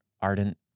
ardent